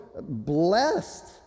blessed